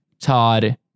Todd